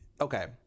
okay